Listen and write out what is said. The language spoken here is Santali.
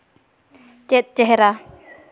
ᱪᱮᱫ ᱪᱮᱦᱨᱟ